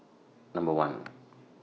Number one